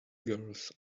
girls